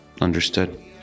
Understood